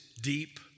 deep